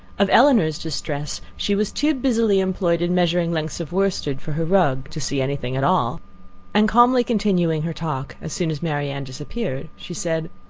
of elinor's distress, she was too busily employed in measuring lengths of worsted for her rug, to see any thing at all and calmly continuing her talk, as soon as marianne disappeared, she said,